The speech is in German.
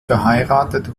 verheiratet